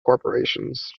corporations